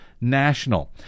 national